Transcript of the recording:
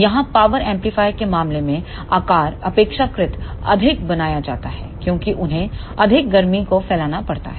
यहां power amplifier के मामले में आकार अपेक्षाकृत अधिक बनाया जाता है क्योंकि उन्हें अधिक गर्मी को फैलाना पड़ता है